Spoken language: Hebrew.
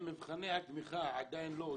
מבחני התמיכה עדיין לא אושרו?